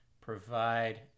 provide